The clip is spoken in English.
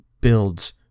builds